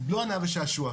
לא הנאה ושעשוע.